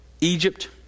Egypt